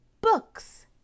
books